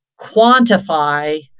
quantify